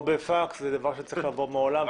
או בפקס, זה דבר שצריך לעבור מן העולם.